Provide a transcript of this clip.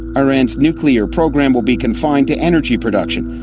iran's nuclear program will be confined to energy production,